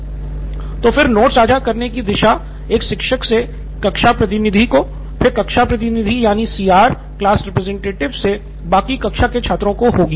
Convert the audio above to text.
सिद्धार्थ मटूरी तो फिर नोट्स साझा करने की दिशा एक शिक्षक से कक्षा प्रतिनिधि को फिर कक्षा प्रतिनिधि यानि CR से बाकी कक्षा के छात्रों को होगी